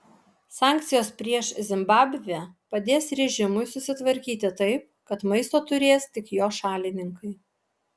sankcijos prieš zimbabvę padės režimui susitvarkyti taip kad maisto turės tik jo šalininkai